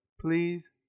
Please